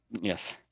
Yes